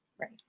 Right